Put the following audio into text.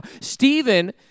Stephen